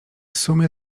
sumie